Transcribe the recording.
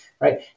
Right